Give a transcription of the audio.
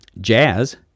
Jazz